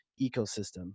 ecosystem